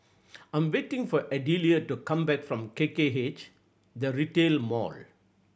I 'm waiting for Adelia to come back from K K H The Retail Mall